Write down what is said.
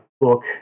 book